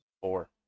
Four